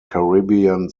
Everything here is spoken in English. caribbean